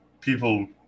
People